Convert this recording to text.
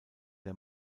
der